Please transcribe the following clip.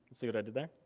see what i did there?